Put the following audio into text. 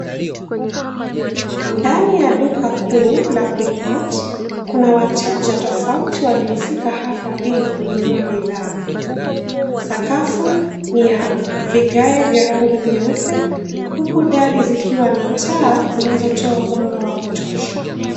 Ndani ya duka kuu la Quickmart kuna wateja tofauti waliofika hapa ili kununua bidhaa. Sakafu ni ya vigae vya rangi nyeupe huku dari zikiwa na taa zinazotoa mwanga wa kutosha.